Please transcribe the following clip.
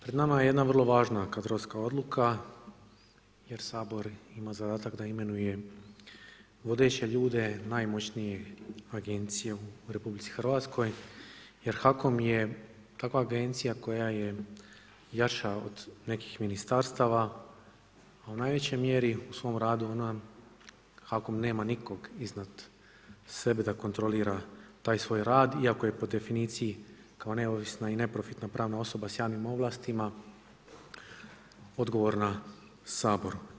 Pred nama je jedna vrlo važna kadrovska odluka jer Sabor ima zadatak da imenuje vodeće ljude najmoćnijih agencija u RH jer HAKOM je takva agencija koja je jača od nekih ministarstava, a u najvećoj mjeri u svom radu HAKOM nema nikog iznad sebe da kontrolira taj svoj rad, iako je po definiciji kao neovisna i neprofitna pravna osoba s javnim ovlastima odgovorna Saboru.